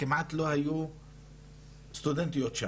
כמעט לא היו סטודנטיות שם,